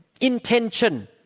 intention